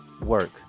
work